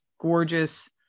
gorgeous